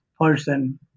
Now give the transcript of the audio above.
person